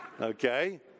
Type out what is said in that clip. Okay